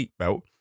seatbelt